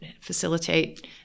Facilitate